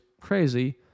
crazy